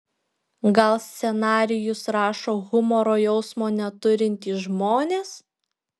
gal scenarijus rašo humoro jausmo neturintys žmonės